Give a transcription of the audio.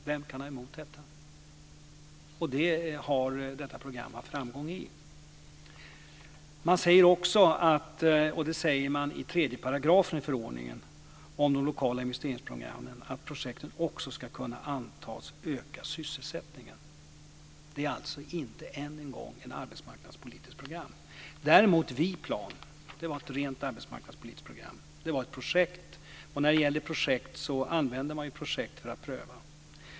Vem kan ha något emot detta? Det har detta program haft framgång i. I 3 § i förordningen om de lokala investeringsprogrammen säger man att projekten också ska kunna antas öka sysselsättningen. Det är alltså, än en gång, inte ett arbetsmarknadspolitiskt program. Däremot var Viplan ett rent arbetsmarknadspolitiskt program. Det var ett projekt, och när det gäller projekt använder man dem för att pröva.